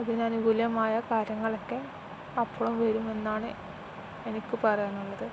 അതിനനുകൂലമായ കാര്യങ്ങളൊക്കെ അപ്പോഴും വരുമെന്നാണ് എനിക്കു പറയാനുള്ളത്